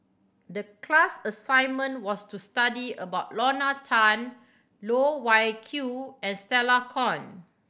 the class assignment was to study about Lorna Tan Loh Wai Kiew and Stella Kon